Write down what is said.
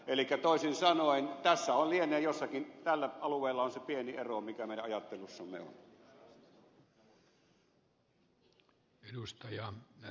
elikkä toisin sanoen tässä lienee jossakin tällä alueella se pieni ero mikä meidän ajattelussamme on